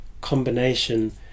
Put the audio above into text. combination